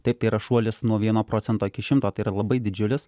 taip tai yra šuolis nuo vieno procento iki šimto tai yra labai didžiulis